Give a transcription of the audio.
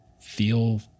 feel